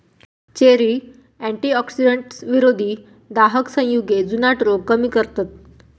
cherry antioxidants, विरोधी दाहक संयुगे, जुनाट रोग कमी करतत